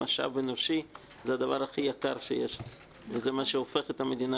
משאב אנושי זה הדבר הכי יקר שיש וזה מה שהופך את המדינה